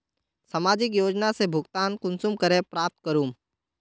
सामाजिक योजना से भुगतान कुंसम करे प्राप्त करूम?